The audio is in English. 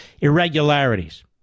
irregularities